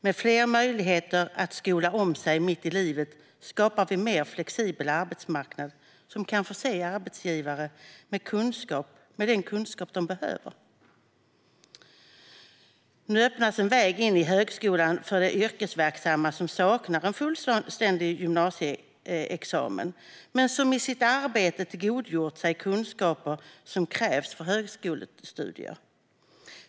Med fler möjligheter att skola om sig mitt i livet skapar vi en mer flexibel arbetsmarknad som kan förse arbetsgivare med den kunskap de behöver. Nu öppnas en väg in i högskolan för de yrkesverksamma som saknar en fullständig gymnasieexamen men som i sitt arbete har tillgodogjort sig de kunskaper som krävs för högskolestudier.